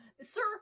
Sir